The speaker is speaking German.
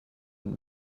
und